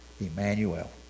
Emmanuel